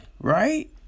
right